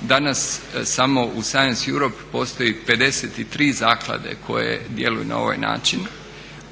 Danas samo u science Europ postoji 53 zaklade koje djeluju na ovaj način.